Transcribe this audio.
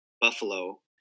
buffalo